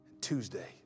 Tuesday